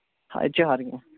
اَتہِ چھُ ہرٕ کینٛہہ